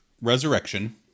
resurrection